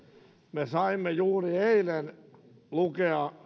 me saimme juuri eilen lukea